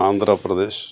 Andhra Pradesh